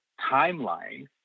Timeline